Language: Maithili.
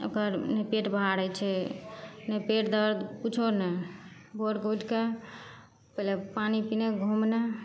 ओकर नहि पेट बाहर होइ छै नहि पेट दरद किछु नहि भोरके उठिके पहिले पानि पिनाइ घुमनाइ